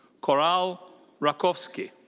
coral rakovski.